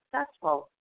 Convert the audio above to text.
successful